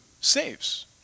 saves